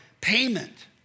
payment